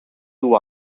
who